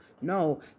No